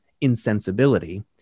insensibility